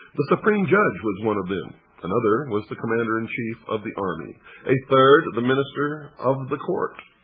the supreme judge was one of them another was the commander-in-chief of the army a third the minister of the court.